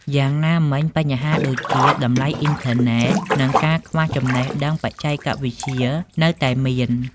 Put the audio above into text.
យ៉ាងណាមិញ បញ្ហាដូចជា តម្លៃអ៊ីនធឺណេត និងការខ្វះចំណេះដឹងបច្ចេកវិទ្យានៅតែមាន។